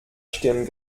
stehen